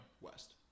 west